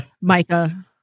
Micah